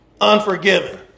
Unforgiven